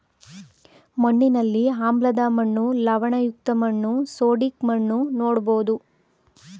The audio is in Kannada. ಮಣ್ಣಿನಲ್ಲಿ ಆಮ್ಲದ ಮಣ್ಣು, ಲವಣಯುಕ್ತ ಮಣ್ಣು, ಸೋಡಿಕ್ ಮಣ್ಣು ನೋಡ್ಬೋದು